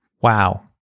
Wow